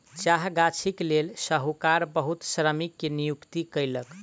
चाह गाछीक लेल साहूकार बहुत श्रमिक के नियुक्ति कयलक